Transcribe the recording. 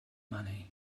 money